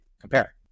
compare